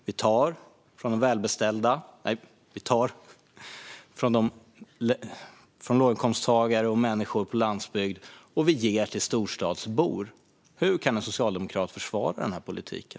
Vi tar från låginkomsttagare och landsbygdsbor och ger till storstadsbor. Hur kan en socialdemokrat försvara den politiken?